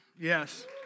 Yes